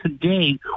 today